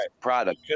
product